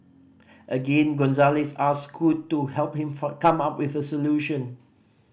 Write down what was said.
again Gonzalez asked Scoot to help him for come up with a solution